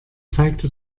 zeigte